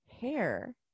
hair